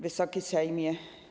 Wysoki Sejmie!